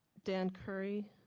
dan curry,